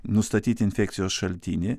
nustatyti infekcijos šaltinį